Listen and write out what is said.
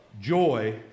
joy